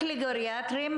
הגעתם רק לגריאטריים?